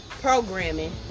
programming